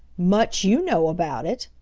much you know about it!